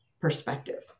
perspective